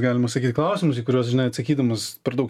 galima sakyt klausimus į kuriuos atsakydamas per daug